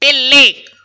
పిల్లి